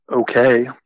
okay